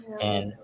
and-